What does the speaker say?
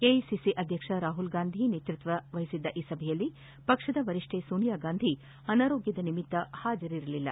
AICC ಅಧ್ಯಕ್ಷ ರಾಹುಲ್ ಗಾಂಧಿ ನೇತೃತ್ವ ವಹಿಸಿದ್ದ ಈ ಸಭೆಯಲ್ಲಿ ಪಕ್ಷದ ವರಿಷ್ಠೆ ಸೋನಿಯಾ ಗಾಂಧಿ ಅನಾರೋಗ್ಯದ ನಿಮಿತ್ತ ಹಾಜರಾಗಿರಲಿಲ್ಲ